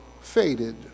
faded